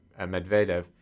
Medvedev